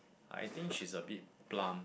I think she's a bit plump